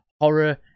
horror